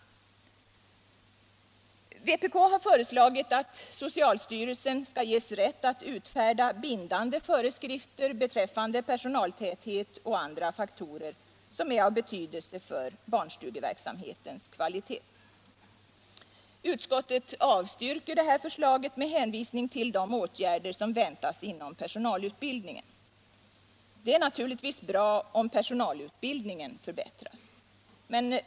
Vpk har föreslagit att socialstyrelsen skall ges rätt att utfärda bindande föreskrifter beträffande personaltäthet och andra faktorer som är av betydelse för barnstugeverksamhetens kvalitet. Utskottet avstyrker detta förslag med hänvisning till de åtgärder som väntas inom personalutbildningen. Det är naturligtvis bra om personalutbildningen förbättras.